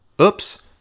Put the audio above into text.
oops